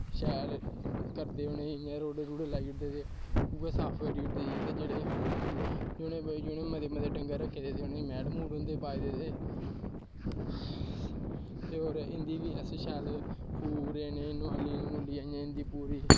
शैल करदे उ'नें गी रोड़े रूड़े लाई ओड़दे ते उ'ऐ साफ करी ओड़दे ते जेह्ड़े जि'नें मते मते डंगर रक्खे दे उ'नें मैड़ मूड़ होंदे पाए दे ते और इं'दी बी असें शैल पूरे नोहाली न्हूलियै इं'दी पूरी